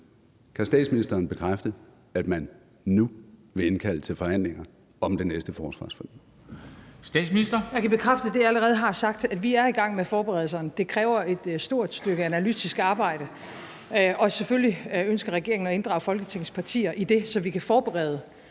Statsministeren. Kl. 13:09 Statsministeren (Mette Frederiksen): Jeg kan bekræfte det, jeg allerede har sagt, nemlig at vi er i gang med forberedelserne. Det kræver et stort stykke analytisk arbejde, og selvfølgelig ønsker regeringen at inddrage Folketingets partier i det, så vi kan forberede